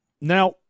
Now